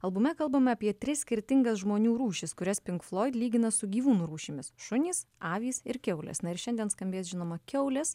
albume kalbame apie tris skirtingas žmonių rūšis kurias pink floid lygina su gyvūnų rūšimis šunys avys ir kiaulės na ir šiandien skambės žinoma kiaulės